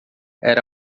era